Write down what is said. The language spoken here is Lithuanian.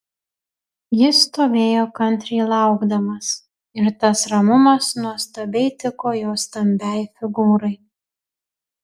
jis stovėjo kantriai laukdamas ir tas ramumas nuostabiai tiko jo stambiai figūrai